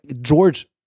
George